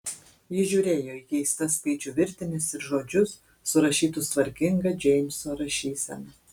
ji žiūrėjo į keistas skaičių virtines ir žodžius surašytus tvarkinga džeimso rašysena